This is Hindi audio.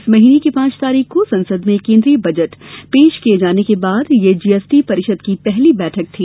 इस महीने की पांच तारीख को संसद में केन्द्रीय बजट पेश किए जाने के बाद यह जीएसटी परिषद की पहली बैठक थी